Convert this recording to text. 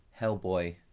Hellboy